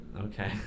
okay